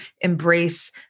embrace